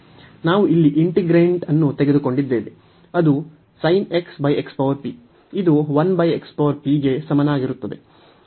ನಾವು ಇಲ್ಲಿ ಇಂಟಿಗ್ರೇಂಟ್ ಅನ್ನು ತೆಗೆದುಕೊಂಡಿದ್ದೇವೆ ಅದು ಇದು ಗೆ ಸಮನಾಗಿರುತ್ತದೆ